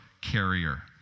carrier